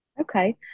okay